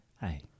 Hi